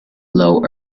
low